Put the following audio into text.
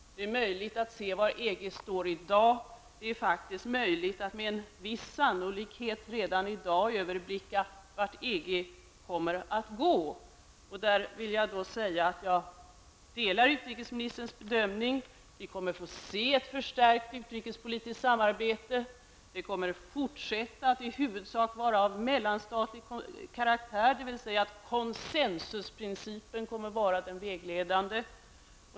Det är möjligt att se var EG står i dag. Det är faktiskt möjligt att med en viss sannolikhet redan i dag överblicka vart EG kommer att gå. Jag delar utrikesministerns bedömning att vi kommer att se ett förstärkt utrikespolitiskt samarbete. Det kommer att fortsätta att i huvudsak vara av mellanstatlig karaktär, dvs. konsensusprincipen kommer att vara vägledande.